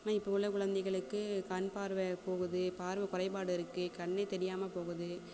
ஆனால் இப்போ உள்ள குழந்தைகளுக்கு கண் பார்வை போகுது பார்வை குறைபாடு இருக்குது கண்ணே தெரியாமல் போகுது